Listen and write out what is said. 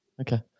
Okay